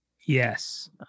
Yes